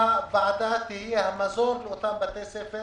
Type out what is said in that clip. הוועדה צריכה להיות המזור לאותם בתי הספר